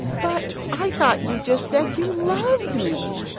but i thought you just said you loved me!